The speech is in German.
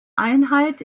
einheit